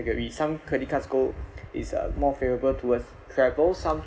category some credit cards' goal is uh more favourable towards travel some